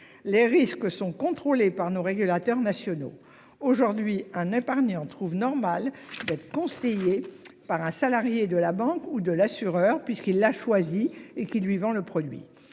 Les risques sont contrôlés par nos régulateurs nationaux aujourd'hui un épargnant trouve normal d'être conseillé par un salarié de la banque ou de l'assureur puisqu'il a choisi et qui lui vend le produit.